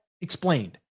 explained